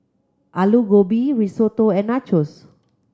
Alu Gobi Risotto and Nachos